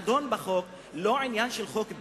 הנדון בחוק הוא לא עניין של חוק פלילי,